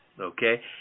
okay